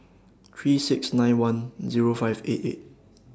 three six nine one Zero five eight eight